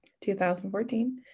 2014